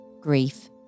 grief